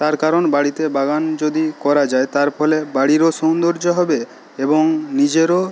তার কারণ বাড়িতে বাগান যদি করা যায় তার ফলে বাড়িরও সৌন্দর্য হবে এবং নিজেরও